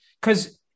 Because-